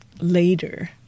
later